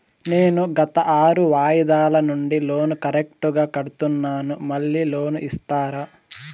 నేను గత ఆరు వాయిదాల నుండి లోను కరెక్టుగా కడ్తున్నాను, మళ్ళీ లోను ఇస్తారా?